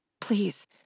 please